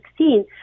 2016